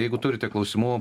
jeigu turite klausimų